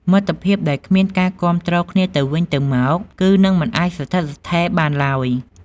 មិត្តភាពដែលគ្មានការគាំទ្រគ្នាទៅវិញទៅមក គឺនឹងមិនអាចស្ថិតស្ថេរបានឡើយ។